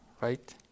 right